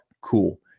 cool